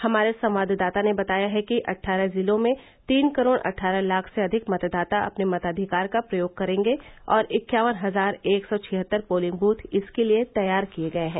हमारे संवाददाता ने बताया है कि कि अट्ठारह जिलों में तीन करोड़ अट्ठारह लाख से अधिक मतदाता अपने मताधिकार का प्रयोग करेंगे और इक्यावन हजार एक सौ छिहत्तर पोलिंग बूथ इसके लिए तैयार किए गए हैं